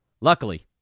Luckily